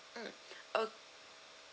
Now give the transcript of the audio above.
mm